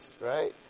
right